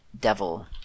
Devil